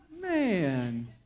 Man